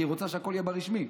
כי היא רוצה שהכול יהיה ברשמי,